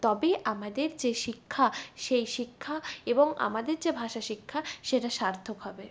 তবেই আমাদের যে শিক্ষা সেই শিক্ষা এবং আমাদের যে ভাষা শিক্ষা সেটা সার্থক হবে